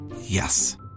Yes